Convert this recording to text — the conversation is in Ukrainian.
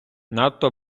надто